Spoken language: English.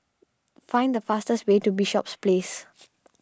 find the fastest way to Bishops Place